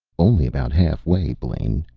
only about halfway, blaine,